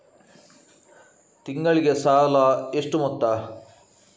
ತಿಂಗಳಿಗೆ ಸಾಲ ಎಷ್ಟು ಮೊತ್ತ?